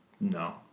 no